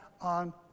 on